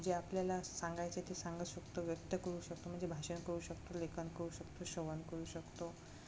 जे आपल्याला सांगायचे ते सांगू शकतो व्यक्त करू शकतो म्हणजे भाषण करू शकतो लेखन करू शकतो श्रवण करू शकतो